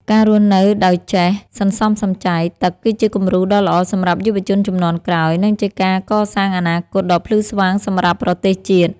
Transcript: ការរស់នៅដោយចេះសន្សំសំចៃទឹកគឺជាគំរូដ៏ល្អសម្រាប់យុវជនជំនាន់ក្រោយ និងជាការកសាងអនាគតដ៏ភ្លឺស្វាងសម្រាប់ប្រទេសជាតិ។